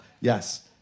yes